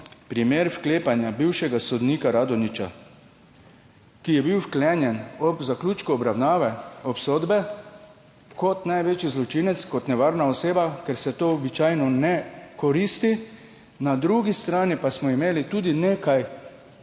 primera vklepanja bivšega sodnika Radonjića, ki je bil ob zaključku obravnave obsodbe vklenjen kot največji zločinec, kot nevarna oseba. Ker se to običajno ne koristi. Na drugi strani pa smo imeli tudi nekaj